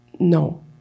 no